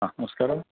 ആ നമസ്ക്കാരം